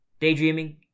daydreaming